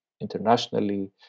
internationally